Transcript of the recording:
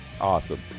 Awesome